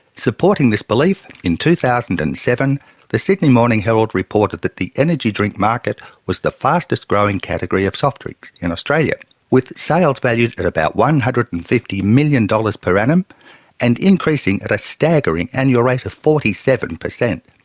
supporting this belief in two thousand and seven the sydney morning herald reported that the energy drink market was the fastest growing category of soft drinks in australia with sales valued at about one hundred and fifty million dollars per annum and increasing at a staggering annual rate of forty seven percent.